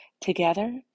Together